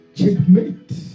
Checkmate